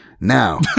now